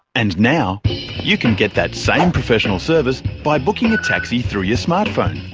and now you can get that same professional service by booking a taxi through your smart phone.